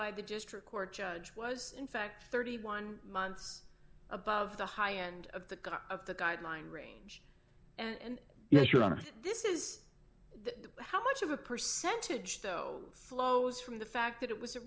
by the district court judge was in fact thirty one months above the high end of the of the guideline range and yes your honor this is how much of a percentage though flows from the fact that it was a